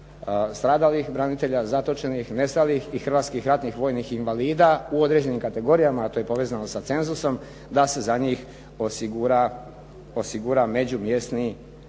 stradalih branitelja, zatočenih, nestalih i hrvatskih ratnih vojnih invalida u određenim kategorijama, a to je povezano sa cenzurom da se za njih osigura međumjesni